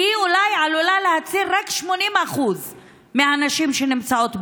כי אולי היא עלולה להציל רק 80% מהנשים שנמצאות בסכנה.